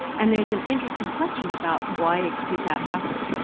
and there's an interesting question about why did that happen.